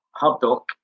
HubDoc